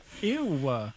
Ew